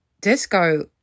Disco